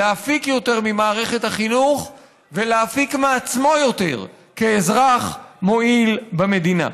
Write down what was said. להפיק יותר ממערכת החינוך ולהפיק מעצמו יותר כאזרח מועיל במדינה.